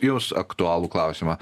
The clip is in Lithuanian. jums aktualų klausimą